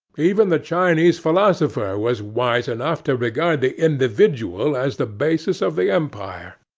even the chinese philosopher was wise enough to regard the individual as the basis of the empire.